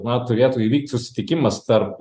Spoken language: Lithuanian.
na turėtų įvykt susitikimas tarp